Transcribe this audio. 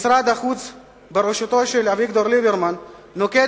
משרד החוץ בראשותו של אביגדור ליברמן נוקט